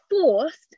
forced